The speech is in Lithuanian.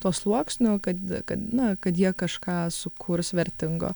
tuo sluoksniu kad kad na kad jie kažką sukurs vertingo